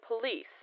police